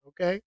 okay